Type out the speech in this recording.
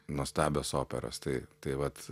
nuostabios operos tai tai vat